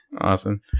Awesome